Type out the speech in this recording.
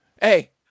Hey